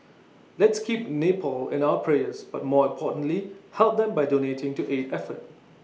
let's keep Nepal in our prayers but more importantly help them by donating to aid effort